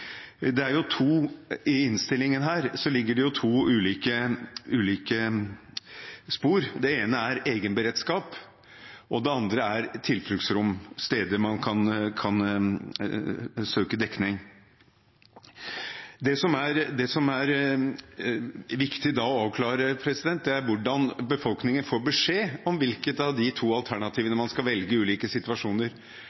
I innstillingen ligger det to ulike spor. Det ene er egenberedskap, og det andre er tilfluktsrom, steder hvor man kan søke dekning. Det som er viktig å avklare, er hvordan befolkningen får beskjed om hvilket av de to